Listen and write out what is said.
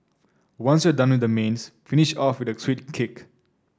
once you're done with the mains finish off with a sweet kick